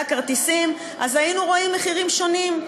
הכרטיסים אז היינו רואים מחירים שונים,